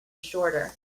shorter